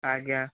ଆଜ୍ଞା